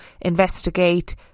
investigate